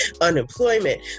unemployment